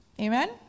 amen